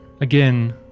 again